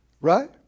Right